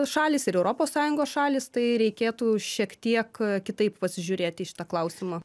šalys ir europos sąjungos šalys tai reikėtų šiek tiek kitaip pasižiūrėti į šitą klausimą